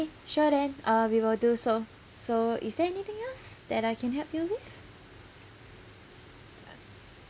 sure then uh we will do so so is there anything else that I can help you with